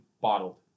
bottled